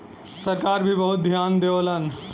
सरकार भी बहुत धियान देवलन